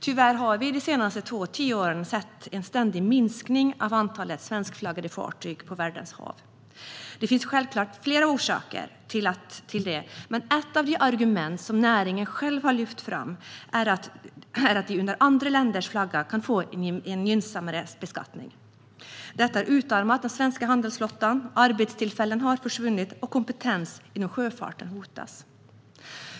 Tyvärr har vi under de senaste två decennierna sett en ständig minskning av antalet svenskflaggade fartyg på världens hav. Det finns självklart flera orsaker till det, men ett av de argument som näringen själv har lyft fram är att de under andra länders flagga kan få en gynnsammare beskattning. Detta har utarmat den svenska handelsflottan, arbetstillfällen har försvunnit och kompetensen inom sjöfarten hotas.